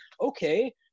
okay